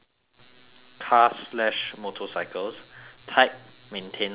cars slash motorcycles type maintenance tip